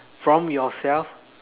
from yourself